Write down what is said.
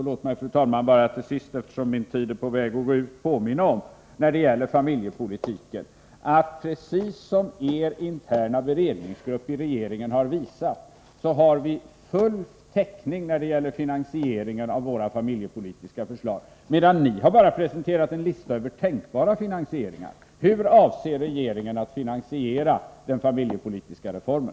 Låt mig till sist, fru talman, beträffande familjepolitiken påminna om att vi, precis som er interna beredningsgrupp i regeringen har visat, har full täckning när det gäller finansieringen av våra familjepolitiska förslag, medan ni bara har presterat en lista över tänkbara finansieringar. Hur avser regeringen att finansiera den familjepolitiska reformen?